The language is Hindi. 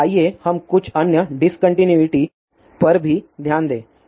अब आइए हम कुछ अन्य डिस्कन्टिन्यूइटी पर भी ध्यान दें